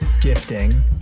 gifting